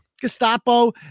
Gestapo